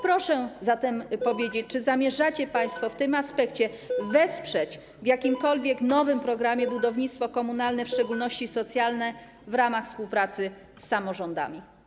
Proszę zatem powiedzieć: Czy zamierzacie państwo w tym aspekcie wesprzeć w jakimkolwiek nowym programie budownictwo komunalne, w szczególności socjalne, w ramach współpracy z samorządami?